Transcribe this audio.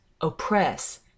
oppress